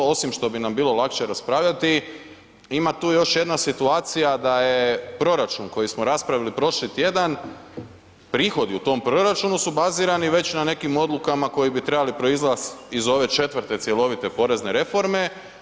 Osim što bi nam bilo lakše raspravljati ima tu još jedna situacija da je proračun koji smo raspravili prošli tjedan prihodi u tom proračunu su bazirani već na nekim odlukama koje bi trebale proizlaziti iz ove četvrte cjelovite porezne reforme.